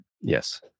Yes